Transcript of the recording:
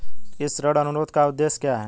इस ऋण अनुरोध का उद्देश्य क्या है?